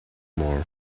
more